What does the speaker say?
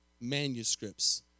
manuscripts